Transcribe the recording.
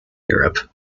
europe